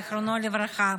זיכרונו לברכה.